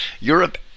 Europe